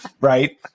right